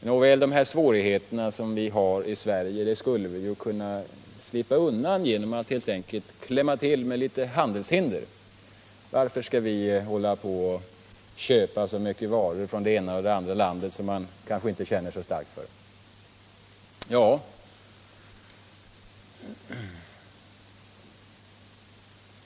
Nåväl, de här svårigheterna som vi har i Sverige skulle vi väl kunna slippa ifrån genom att helt enkelt klämma till med några handelshinder. Varför skall vi hålla på och köpa så mycket varor från det ena eller andra landet, som man kanske inte känner så starkt för?